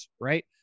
right